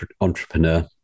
entrepreneur